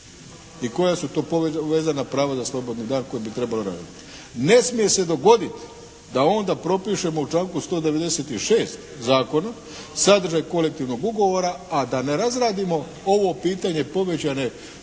i koja su to vezana prava za slobodni dan koja bi trebala raditi. Ne smije se dogoditi da onda propišemo u članku 196. zakona sadržaj kolektivnog ugovora, a da ne razradimo ovo pitanje povećane